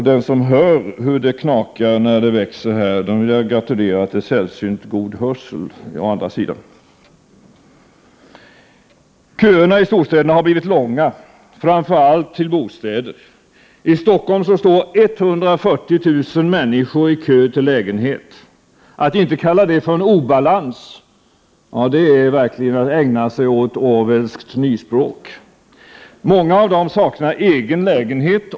Den som gör det behöver inte ha särskilt göd hörsel för att höra att det där växer så att det knakar. Köerna i storstäderna har blivit långa, framför allt till bostäder. I Stockholm står ca 140 000 människor i kö till lägenhet. Att inte kalla detta en obalans är verkligen att ägna sig åt Orwellskt nyspråk. Många av dessa människor saknar egen lägenhet.